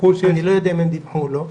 אני לא יודע אם הם דיווחו או לא.